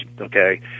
okay